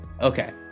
okay